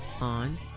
on